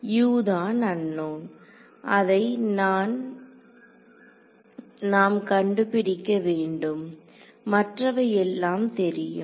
U தான் unknown அதையே தான் நாம் கண்டுபிடிக்க வேண்டும் மற்றவை எல்லாம் தெரியும்